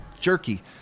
jerky